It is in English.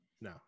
No